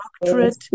doctorate